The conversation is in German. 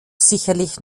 sicherlich